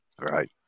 Right